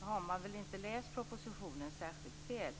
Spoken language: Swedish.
Då har man väl inte läst propositionen särskilt väl.